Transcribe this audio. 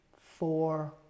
four